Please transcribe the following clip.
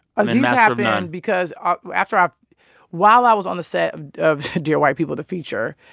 um in master of none. because ah after i while i was on the set of of dear white people, the feature,